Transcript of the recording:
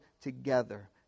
together